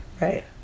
Right